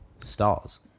Stars